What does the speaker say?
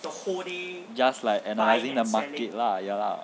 just like analysing the market lah ya lah